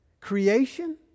Creation